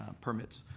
permits.